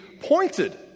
pointed